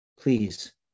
please